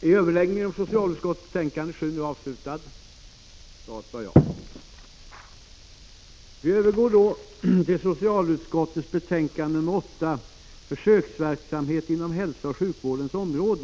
Kammaren övergår nu till att debattera socialutskottets betänkande 8 om försöksverksamhet inom hälsooch sjukvårdens område.